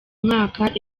mwaka